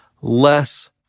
less